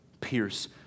pierce